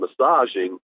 massaging